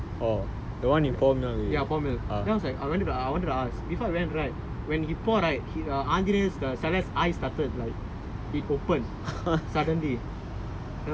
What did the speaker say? can do it with the பாத்திரம் அந்த சொம்பு:paattiram antha sombu ya pour milk then I was like I wanted I wanted to ask before I went right when he pour right engineer eyes started like